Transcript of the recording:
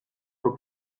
for